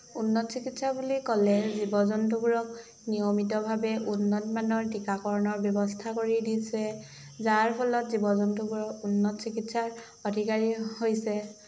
উন্নত চিকিৎসা বুলি ক'লে জীৱ জন্তুবোৰক নিয়মিতভাৱে উন্নত মানৰ টিকাকৰণৰ ব্যৱস্থা কৰি দিছে যাৰ ফলত জীৱ জন্তুবোৰৰ উন্নত চিকিৎসাৰ অধিকাৰী হৈছে